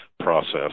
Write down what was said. process